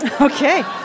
Okay